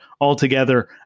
altogether